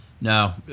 No